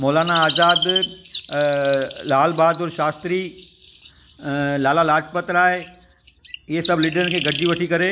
हलाईंदो त हुन मां एतिरो हुन जा जेके रेडिएशन हूअ माण्हू जे अख़ियुनि में लॻंदा त माण्हुनि जूं उन जूं अख़ियूं